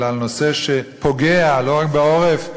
אלא נושא שפוגע לא רק בעורף,